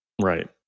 Right